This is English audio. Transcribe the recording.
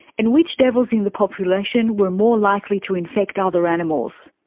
and which devils in the population were more likely to infect other animals.